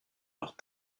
leurs